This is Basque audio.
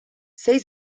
sei